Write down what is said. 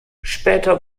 später